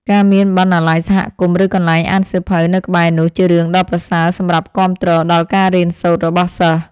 ការមានបណ្ណាល័យសហគមន៍ឬកន្លែងអានសៀវភៅនៅក្បែរនោះជារឿងដ៏ប្រសើរសម្រាប់គាំទ្រដល់ការរៀនសូត្ររបស់សិស្ស។